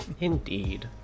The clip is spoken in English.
Indeed